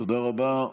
תודה רבה.